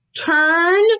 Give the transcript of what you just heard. turn